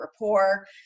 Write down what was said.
rapport